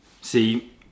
See